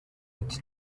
ati